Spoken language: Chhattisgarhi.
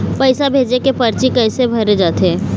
पैसा भेजे के परची कैसे भरे जाथे?